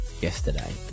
yesterday